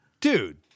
Dude